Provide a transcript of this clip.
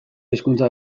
hizkuntza